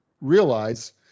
realize